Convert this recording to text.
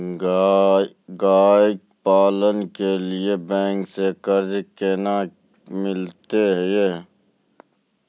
गाय पालन के लिए बैंक से कर्ज कोना के मिलते यो?